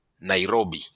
Nairobi